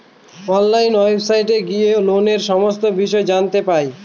online ওয়েবসাইটে গিয়ে লোনের সমস্ত বিষয় জানতে পাই